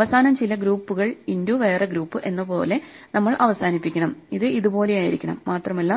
അവസാനം ചില ഗ്രൂപ്പുകൾ ഇന്റു വേറെ ഗ്രൂപ്പ് എന്നത് പോലെ നമ്മൾ അവസാനിപ്പിക്കണം ഇത് ഇതുപോലെയായിരിക്കണം മാത്രമല്ല